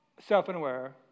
Self-aware